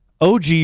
og